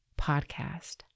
podcast